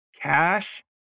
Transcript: Cash